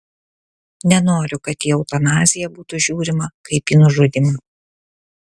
nenoriu kad į eutanaziją būtų žiūrimą kaip į nužudymą